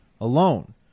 alone